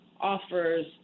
offers